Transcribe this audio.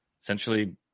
essentially